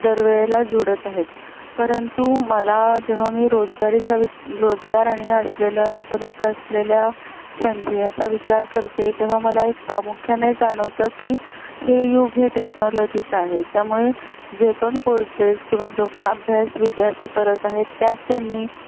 दरवेळेला जुळत आहेत परंतु मला जेव्हा मी रोजगारीचा वि रोजगार आणि असलेल्या उपलब्ध असलेल्या संधी याचा विचार करते तेव्हा मला एक प्रामुख्याने जाणवतं की हे युग हे टेक्नॉलॉजीचं आहे त्यामुळे जे पण कोर्सेस किंवा जो पण अभ्यास विद्यार्थी करत आहेत त्यात त्यांनी